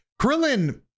Krillin